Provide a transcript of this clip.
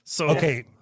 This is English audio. Okay